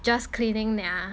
just cleaning nia